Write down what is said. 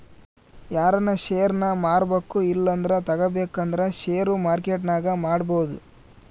ಯಾರನ ಷೇರ್ನ ಮಾರ್ಬಕು ಇಲ್ಲಂದ್ರ ತಗಬೇಕಂದ್ರ ಷೇರು ಮಾರ್ಕೆಟ್ನಾಗ ಮಾಡ್ಬೋದು